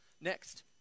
next